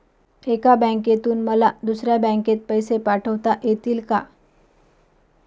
एका बँकेतून मला दुसऱ्या बँकेत पैसे पाठवता येतील का?